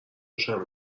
خوشم